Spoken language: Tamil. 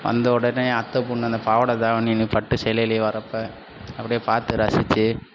வந்த உடனே அத்தை பொண்ணு அந்த பாவடை தாவணியிலும் பட்டு சேலையிலும் வர்றப்போ அப்படியே பார்த்து ரசிச்சு